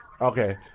okay